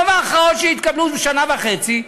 ברוב ההכרעות שהתקבלו שנה וחצי,